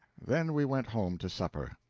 then we went home to supper.